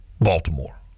Baltimore